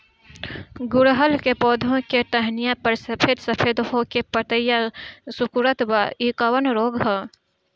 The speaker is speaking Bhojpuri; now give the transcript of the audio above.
गुड़हल के पधौ के टहनियाँ पर सफेद सफेद हो के पतईया सुकुड़त बा इ कवन रोग ह?